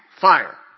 fire